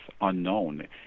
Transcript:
unknown